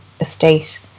estate